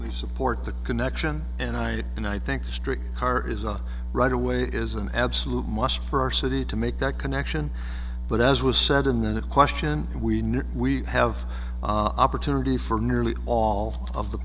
we support the connection and i and i think district car is up right away is an absolute must for our city to make that connection but as was said in that question we know we have opportunity for nearly all of the